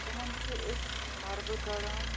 تِمَن چھِ أسۍ مَربہٕ کَڑان